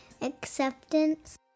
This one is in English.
acceptance